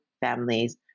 families